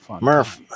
Murph